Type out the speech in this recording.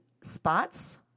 spots